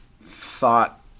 thought